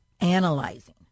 analyzing